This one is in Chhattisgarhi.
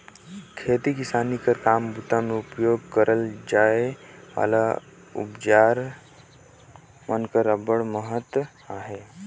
खेती किसानी कर काम बूता मे उपियोग करल जाए वाला अउजार मन कर अब्बड़ महत अहे